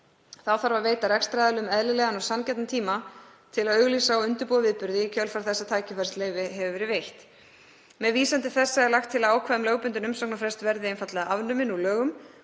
Þá þarf að veita rekstraraðilum eðlilegan og sanngjarnan tíma til að auglýsa og undirbúa viðburði í kjölfar þess að tækifærisleyfi hefur verið veitt. Með vísan til þessa er lagt til að ákvæði um lögbundinn umsóknarfrest verði einfaldlega afnumið úr lögum.